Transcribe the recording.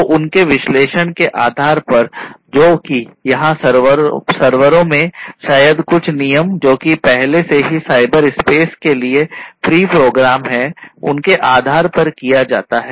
तो उनके विश्लेषण के आधार पर जो कि यहां सर्वरों में शायद कुछ नियम जो कि पहले से ही साइबरस्पेस के लिए प्री प्रोग्राम है उनके आधार पर किया जाता है